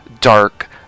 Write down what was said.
dark